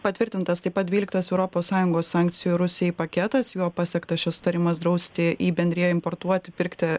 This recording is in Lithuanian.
patvirtintas taip pat dvyliktas europos sąjungos sankcijų rusijai paketas juo pasiektas šis sutarimas drausti į bendriją importuoti pirkti